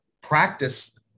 practice